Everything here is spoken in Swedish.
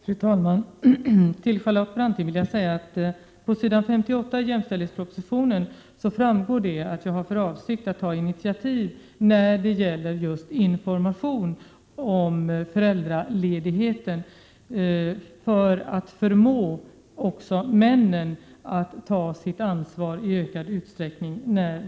Fru talman! Till Charlotte Branting vill jag säga att det av s. 58 i jämställdhetspropositionen framgår att jag har för avsikt att ta initiativ till information om föräldraledigheten för att förmå männen att i ökad utsträckning ta sitt ansvar.